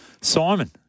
Simon